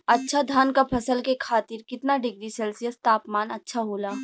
अच्छा धान क फसल के खातीर कितना डिग्री सेल्सीयस तापमान अच्छा होला?